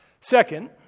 Second